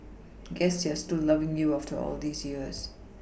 guess they are still loving you after all these years